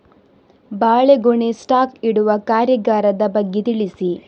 ಬಾಳೆಗೊನೆ ಸ್ಟಾಕ್ ಇಡುವ ಕಾರ್ಯಗಾರದ ಬಗ್ಗೆ ತಿಳಿಸಿ